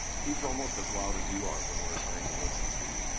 he's almost as loud as you are when we're trying to listen to you,